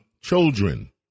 children